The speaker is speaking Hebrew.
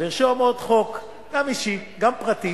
ולרשום עוד חוק, גם אישי, גם פרטי